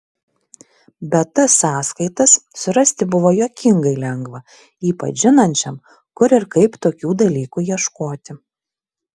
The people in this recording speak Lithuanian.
bet tas sąskaitas surasti buvo juokingai lengva ypač žinančiam kur ir kaip tokių dalykų ieškoti